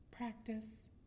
Practice